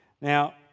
Now